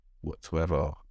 whatsoever